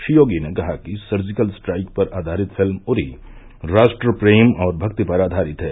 श्री योगी ने कहा कि सर्जिकल स्ट्राइक पर आधारित फिल्म उरी और राश्ट्र प्रेम भक्ति पर आधारित है